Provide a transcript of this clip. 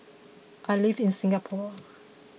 I live in Singapore